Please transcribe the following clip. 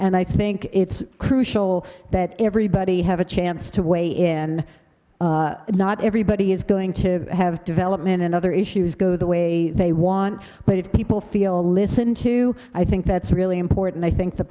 and i think it's crucial that everybody have a chance to weigh in but not everybody is going to have development and other issues go the way they want but if people feel listened to i think that's really important i think the